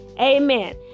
amen